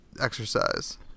exercise